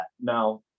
Now